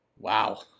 Wow